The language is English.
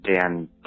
Dan